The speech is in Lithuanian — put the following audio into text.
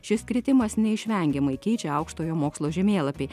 šis kritimas neišvengiamai keičia aukštojo mokslo žemėlapį